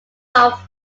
off